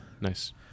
Nice